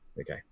okay